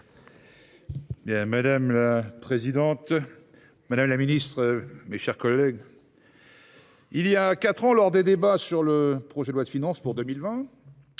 Madame la présidente, madame la ministre, mes chers collègues, il y a quatre ans, lors des débats sur le projet de loi de finances pour 2020,